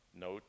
note